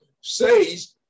says